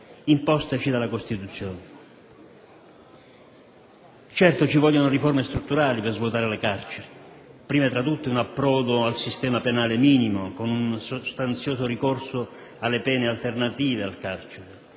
impostaci dalla Costituzione. Certo ci vogliono riforme strutturali per svuotare le carceri, prima tra tutte un approdo al sistema penale minimo con un sostanzioso ricorso alle pene alternative al carcere,